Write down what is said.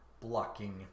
blocking